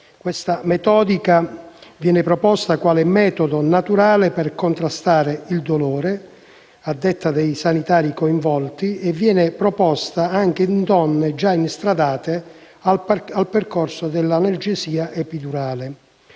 tale metodica viene proposta quale metodo naturale per contrastare il dolore, a detta dei sanitari coinvolti, e viene proposta anche in donne già instradate al percorso dell'analgesia epidurale.